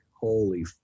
Holy